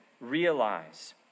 realize